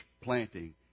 planting